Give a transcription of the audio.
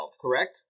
correct